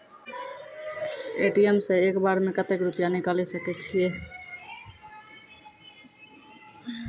ATM सऽ एक बार म कत्तेक रुपिया निकालि सकै छियै?